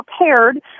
prepared